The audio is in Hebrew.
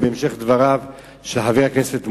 בהמשך דבריו של חבר הכנסת מולה,